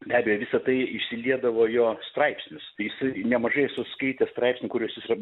be abejo visa tai išsiliedavo jo straipsnius tai jisai nemažai suskaitė straipsnių kuriuos jis yra